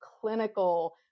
clinical